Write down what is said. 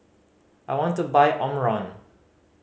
I want to buy Omron